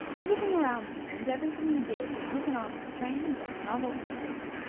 everything around him and everything he did had taken on a strange and novel interest.